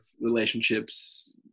relationships